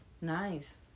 Nice